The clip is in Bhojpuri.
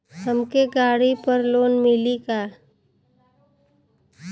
हमके गाड़ी पर लोन मिली का?